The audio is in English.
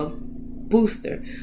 booster